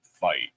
fight